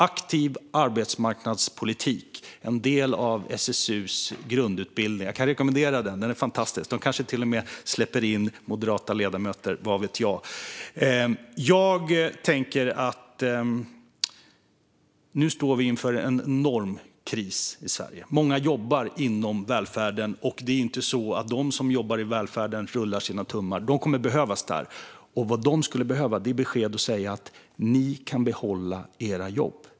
Aktiv arbetsmarknadspolitik är en del av SSU:s grundutbildning. Jag kan rekommendera den. Den är fantastisk. De kanske till och med släpper in moderata ledamöter, vad vet jag. Nu står vi inför en enorm kris i Sverige. Många jobbar inom välfärden, och det är inte så att de som jobbar i välfärden rullar sina tummar. De kommer att behövas där. Vad de skulle behöva är beskedet: Ni kan behålla era jobb.